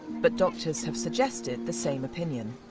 but doctors have suggested the same opinion.